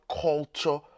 culture